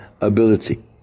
ability